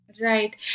Right